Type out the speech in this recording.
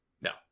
No